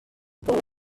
paura